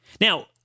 Now